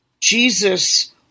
Jesus